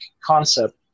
concept